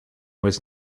was